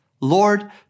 Lord